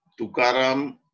Tukaram